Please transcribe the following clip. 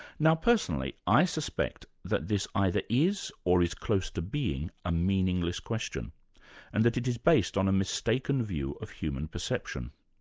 now personally i suspect that this either is or is close to being a meaningless question and that it is based on a mistaken view of human perception.